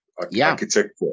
architecture